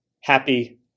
Happy